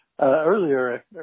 Earlier